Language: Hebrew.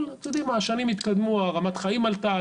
אבל אתם יודעים עם השנים התקדמו הרמת חיים עלתה.